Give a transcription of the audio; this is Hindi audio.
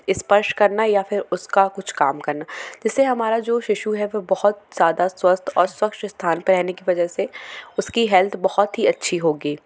स्पर्श करना या फिर उसका कुछ काम करना जिससे हमारा जो शिशु है वो बहुत ज़्यादा स्वस्थ और स्वच्छ स्थान पे रहने कि वजह से उसकी हेल्थ बहुत ही अच्छी होगी